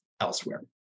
elsewhere